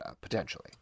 potentially